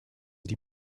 die